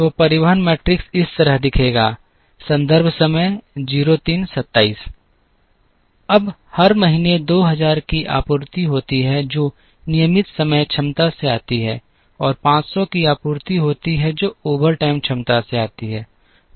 तो परिवहन मैट्रिक्स इस तरह दिखेगा अब हर महीने 2000 की आपूर्ति होती है जो नियमित समय क्षमता से आती है और 500 की आपूर्ति होती है जो ओवरटाइम क्षमता से आती है